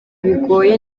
bigoye